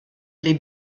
les